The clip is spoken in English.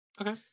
Okay